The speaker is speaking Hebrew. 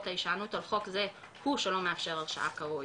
ההישענות על חוק זה הוא שלא מאפשר הרשעה כראוי,